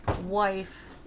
wife